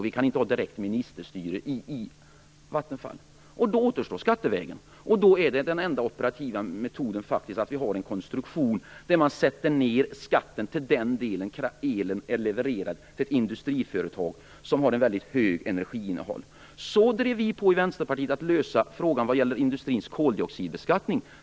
Vi kan ju inte ha ett direkt ministerstyre i Vattenfall, och då återstår skattevägen. Den enda operativa vägen är då att vi har en konstruktion där man sänker skatten på den del av elen som levereras till ett industriföretag som har ett väldigt högt energiinnehåll. Så drev vi i Vänsterpartiet på för att lösa frågan om industrins koldioxidbeskattning.